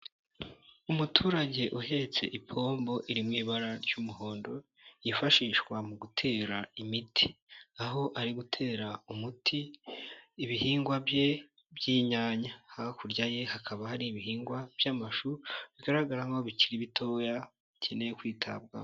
Umuturage uhetse ipombo iri mu ibara ry'umuhondo yifashishwa mu gutera imiti, aho ari gutera umuti ibihingwa bye by'inyanya, hakurya ye hakaba hari ibihingwa by'amashu bigaragaramo nk'aho bikiri bitoya bikeneye kwitabwaho.